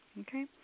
okay